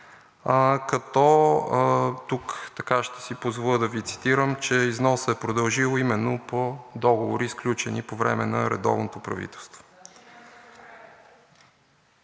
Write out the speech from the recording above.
като тук така ще си позволя да Ви цитирам, че износът е продължил именно по договори, сключени по време на редовното правителство.